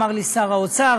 אמר לי שר האוצר,